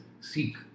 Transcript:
seek